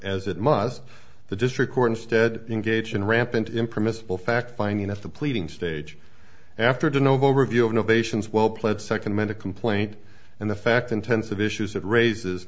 as it must the district court instead engage in rampant impermissible fact finding at the pleading stage after dinner overview innovation's well played second minute complaint and the fact intensive issues of raises